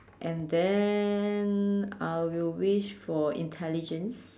and then I will wish for intelligence